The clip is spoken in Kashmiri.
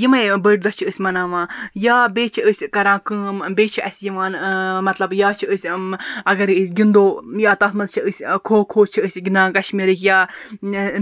یِمے بٔڑۍ دۄہ چھِ أسۍ مَناوان یا بیٚیہِ چھِ أسۍ کَران کٲم بیٚیہِ چھِ اَسہِ یِوان مَطلَب یا چھِ أسۍ مَطلَب اَگَر أسۍ گِندو یا تتھ مَنٛز چھِ أسۍ کھو کھو چھِ أسۍ گِندان کَشمیٖرٕکۍ یا